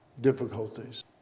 difficulties